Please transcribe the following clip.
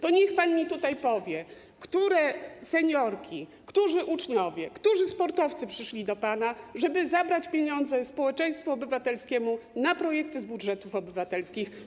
To niech pan mi powie, które seniorki, którzy uczniowie, którzy sportowcy przyszli do pana, żeby zabrać pieniądze społeczeństwu obywatelskiemu na projekty z budżetu obywatelskich.